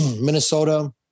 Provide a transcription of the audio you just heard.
Minnesota